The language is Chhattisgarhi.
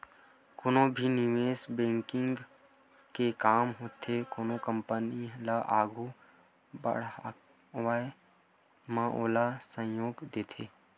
कोनो भी निवेस बेंकिग के काम होथे कोनो कंपनी ल आघू बड़हाय म ओला सहयोग देना